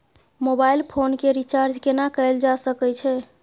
Mobile phone के recharge केना कैल जा सकै छै?